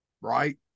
Right